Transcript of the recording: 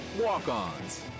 walk-ons